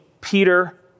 Peter